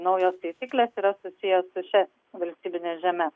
naujos taisyklės yra susiję su šia valstybine žeme